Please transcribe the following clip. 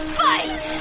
fight